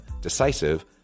decisive